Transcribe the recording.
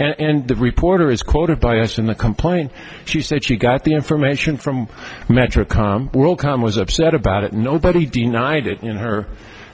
days and the reporter is quoted by us in the complaint she said she got the information from metro world com was upset about it nobody denied it in her